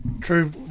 true